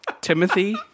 Timothy